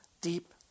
deep